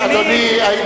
אדוני,